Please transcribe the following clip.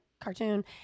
cartoon